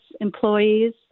employees